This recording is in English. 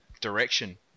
direction